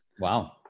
Wow